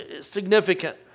significant